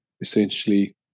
essentially